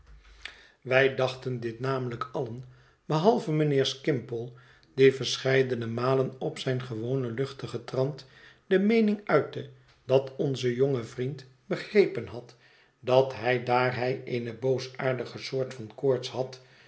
wij dachten dit namelijk allen behalve mijnheer skimpole die verscheidene malen op zijn gewonen luchtigen trant de meening uitte dat onze jonge vriend begrepen had dat hij daar hij eene boosaardige soort van koorts had